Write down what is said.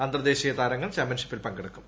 അന്തർദേശീയ താരങ്ങൾ ചാമ്പ്യൻഷിപ്പിൽ പങ്കെടുക്കും